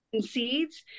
seeds